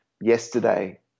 yesterday